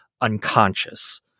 unconscious